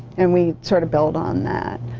and we sort of build on that.